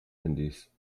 handys